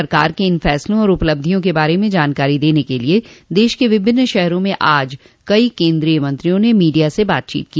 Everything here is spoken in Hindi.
सरकार के इन फसला और उपलब्धियों के बारे में जानकारी देने के लिए देश के विभिन्न शहरों में आज कई केन्द्रीय मंत्रियों ने मीडिया से बातचीत की